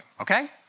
okay